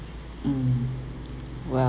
mm well